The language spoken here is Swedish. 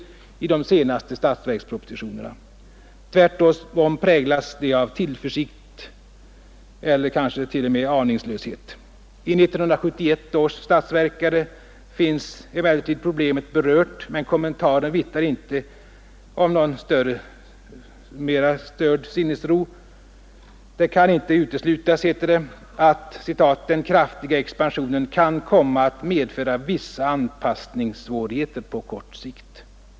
Tvärtom präglas dessa propositioner av tillförsikt eller kanske t.o.m. aningslöshet. I 1971 års ”statsverkare” finns problemet berört, men kommentaren vittnar inte om någon mera störd sinnesro bland de ansvariga inom departementet. Det kan inte uteslutas, heter det, att ”den kraftiga expansionen kan komma att medföra vissa anpassningssvårigheter på kort sikt”.